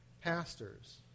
Pastors